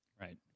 Right